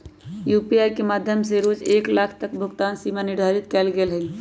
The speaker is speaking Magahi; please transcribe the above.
यू.पी.आई के माध्यम से रोज एक लाख तक के भुगतान सीमा निर्धारित कएल गेल हइ